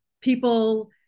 people